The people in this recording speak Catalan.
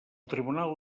tribunal